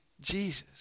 Jesus